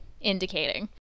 indicating